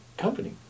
Company